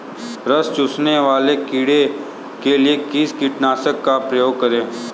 रस चूसने वाले कीड़े के लिए किस कीटनाशक का प्रयोग करें?